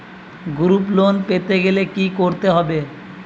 Group loan পেতে গেলে কি করতে হবে?